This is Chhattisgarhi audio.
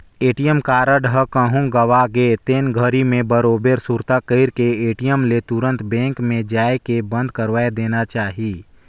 ए.टी.एम कारड ह कहूँ गवा गे तेन घरी मे बरोबर सुरता कइर के ए.टी.एम ले तुंरत बेंक मे जायके बंद करवाये देना चाही